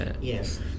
Yes